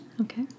okay